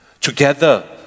together